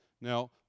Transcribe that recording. Now